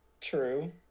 true